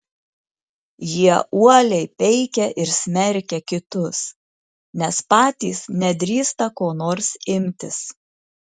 jie uoliai peikia ir smerkia kitus nes patys nedrįsta ko nors imtis